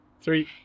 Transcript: Three